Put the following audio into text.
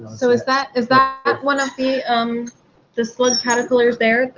so is that is that one of the um the slug caterpillars there?